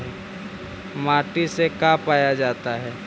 माटी से का पाया जाता है?